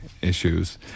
issues